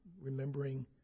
remembering